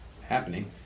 happening